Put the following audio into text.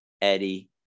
Eddie